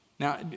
Now